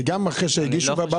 זה גם אחרי שהגישו.